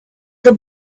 the